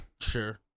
Sure